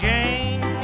Jane